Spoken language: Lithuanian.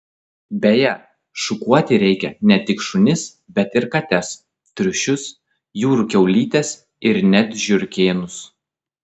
beje šukuoti reikia ne tik šunis bet ir kates triušius jūrų kiaulytes ir net žiurkėnus